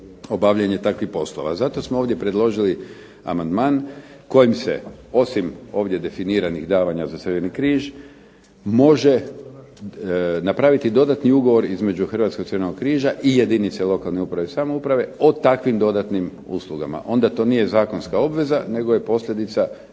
obavljanje tih poslova, zato smo ovdje predložili amandman kojim se osim ovdje definiranih davanja za Crveni križ može napraviti dodatni ugovor između Hrvatskog crvenog križa i jedinice lokalne uprave i samouprave o takvim dodatnim uslugama. Onda to nije zakonska obveza nego je posljedica